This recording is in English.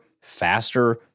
faster